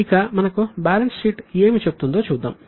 ఇక మనకు balance sheet ఏమి చెబుతుందో ముందు చూద్దాం